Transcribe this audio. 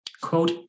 Quote